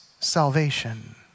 salvation